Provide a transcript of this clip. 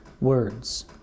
words